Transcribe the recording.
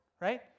right